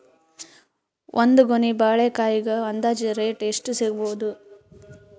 ಒಂದ್ ಗೊನಿ ಬಾಳೆಕಾಯಿಗ ಅಂದಾಜ ರೇಟ್ ಎಷ್ಟು ಸಿಗಬೋದ?